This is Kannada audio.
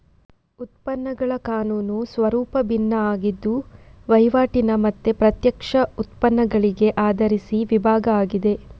ಉತ್ಪನ್ನಗಳ ಕಾನೂನು ಸ್ವರೂಪ ಭಿನ್ನ ಆಗಿದ್ದು ವೈವಾಟಿನ ಮತ್ತೆ ಪ್ರತ್ಯಕ್ಷ ಉತ್ಪನ್ನಗಳಿಗೆ ಆಧರಿಸಿ ವಿಭಾಗ ಆಗಿದೆ